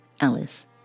Alice